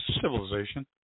civilization